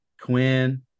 Quinn